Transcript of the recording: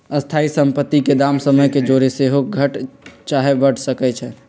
स्थाइ सम्पति के दाम समय के जौरे सेहो घट चाहे बढ़ सकइ छइ